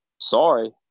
Sorry